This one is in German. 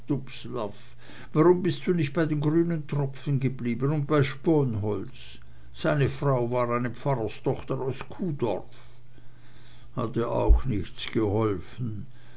warum bist du nicht bei den grünen tropfen geblieben und bei sponholz seine frau war eine pfarrerstochter aus kuh dorf hat ihr auch nichts geholfen